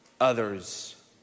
others